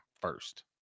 first